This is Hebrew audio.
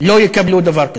לא יקבלו דבר כזה.